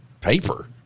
paper